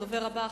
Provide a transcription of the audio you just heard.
הדובר הבא,